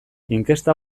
inkesta